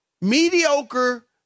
mediocre